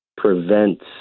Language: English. prevents